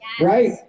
Right